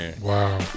Wow